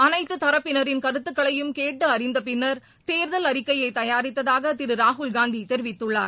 அனைத்து தரப்பினரின் கருத்துக்களையும் கேட்டு அறிந்த பின்னர் தேர்தல் அறிக்கையை தயாரித்ததாக திரு ராகுல்காந்தி தெரிவித்துள்ளார்